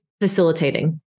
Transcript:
facilitating